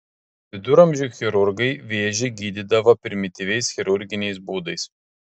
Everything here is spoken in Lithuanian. viduramžių chirurgai vėžį gydydavo primityviais chirurginiais būdais